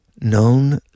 known